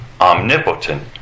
omnipotent